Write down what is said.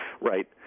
right